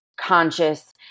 conscious